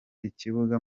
ikibuga